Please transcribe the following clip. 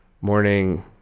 morning